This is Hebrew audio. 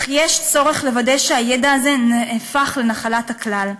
אך יש צורך לוודא שהידע הזה נהפך לנחלת הכלל.